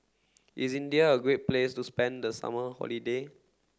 is India a great place to spend the summer holiday